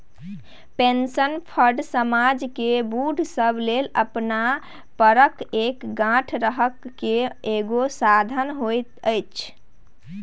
pension fund समाज केर बूढ़ सब लेल अपना पएर पर ठाढ़ रहइ केर एगो साधन होइ छै